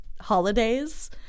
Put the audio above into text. holidays